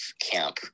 camp